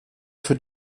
für